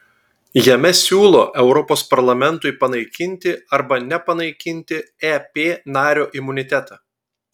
jame siūlo europos parlamentui panaikinti arba nepanaikinti ep nario imunitetą